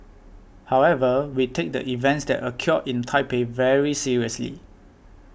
however we take the events that occurred in Taipei very seriously